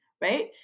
right